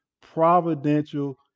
providential